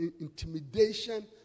intimidation